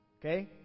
Okay